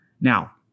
Now